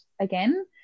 again